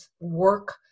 work